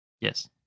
Yes